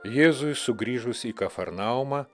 jėzui sugrįžus į kafarnaumą